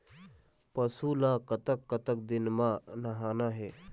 पशु ला कतक कतक दिन म नहाना हे?